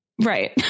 Right